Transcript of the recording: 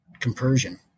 compersion